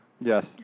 Yes